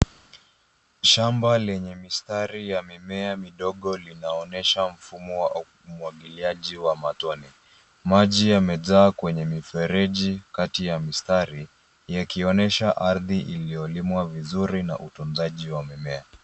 Shamba lenye mistari ya mimea midogo linaonesha mfumo wa umwagiliaji wa matone. Maji yamejaa kwenye mifereji kati ya mistari, yakionesha ardhi iliyolimwa vizuri na utunzaji wa mimea.